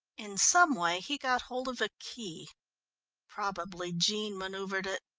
in some way he got hold of a key probably jean manoeuvred it.